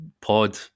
pod